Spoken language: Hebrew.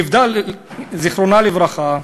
זיכרונה לברכה,